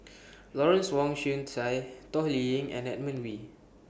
Lawrence Wong Shyun Tsai Toh Liying and Edmund Wee